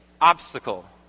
obstacle